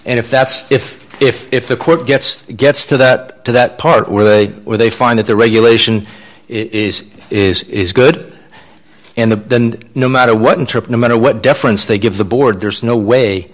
and if that's if if if the court gets gets to that to that part where they where they find that the regulation is is good and the no matter what interrupt no matter what deference they give the board there's no way